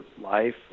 life